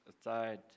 aside